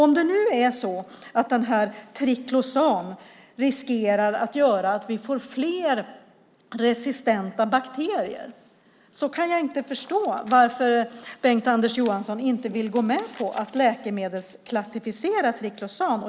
Om triklosan riskerar att göra att vi får fler resistenta bakterier kan jag inte förstå varför Bengt-Anders Johansson inte vill gå med på att läkemedelsklassificera triklosan.